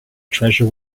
treasure